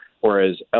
whereas